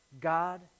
God